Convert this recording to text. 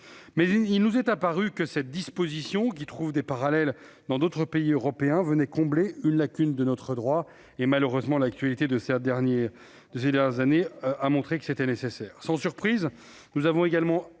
nous est toutefois apparu que cette disposition, qui trouve des parallèles dans d'autres pays européens, venait combler une lacune de notre droit. Malheureusement, l'actualité de ces dernières années a montré que c'était nécessaire.